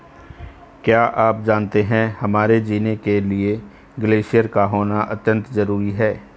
क्या आप जानते है हमारे जीने के लिए ग्लेश्यिर का होना अत्यंत ज़रूरी है?